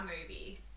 movie